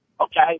Okay